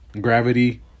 Gravity